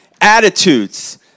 attitudes